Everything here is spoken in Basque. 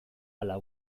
hala